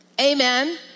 amen